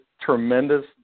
tremendous